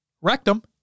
Rectum